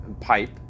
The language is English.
pipe